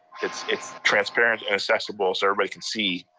it's it's transparent and accessible, so everybody can see.